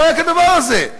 לא היה כדבר הזה.